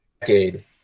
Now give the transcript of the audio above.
decade